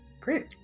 Great